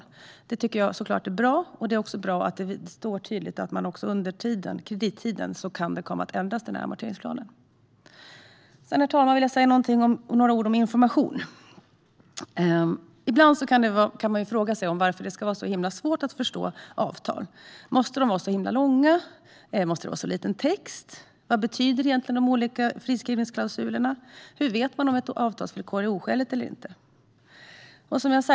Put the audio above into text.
Detta tycker jag är bra, och det är också bra att det tydligt står att amorteringsplanen kan komma att ändras under kredittiden. Herr talman! Jag vill säga några ord om information. Ibland kan man fråga sig varför det ska vara så svårt att förstå avtal. Måste de vara så långa och med så liten text? Vad betyder egentligen de olika friskrivningsklausulerna? Hur vet man om ett avtalsvillkor är oskäligt eller inte?